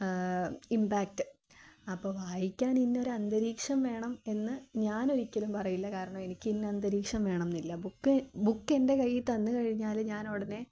impact അപ്പോൾ വായിക്കാൻ ഇന്നൊരന്തരീക്ഷം വേണം എന്നു ഞാനൊരിക്കലും പറയില്ല കാരണമെനിക്കിന്ന അന്തരീക്ഷം വേണമെന്നില്ല ബുക്കെ ബുക്കെന്റെ കയ്യിൽത്തന്നു കഴിഞ്ഞാൽ ഞാനുടനെ